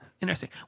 Interesting